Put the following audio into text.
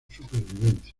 supervivencia